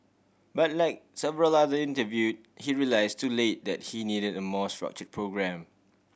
but like several other interview he realise too late that he needed a more structure programme